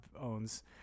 owns